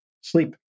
sleep